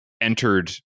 entered